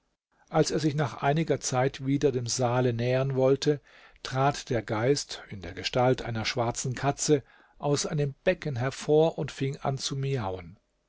als er sich nach einiger zeit wieder dem saale nähern wollte trat der geist in der gestalt einer schwarzen katze aus einem becken hervor und fing an zu miauen